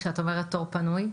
כשאת אומרת תור פנוי?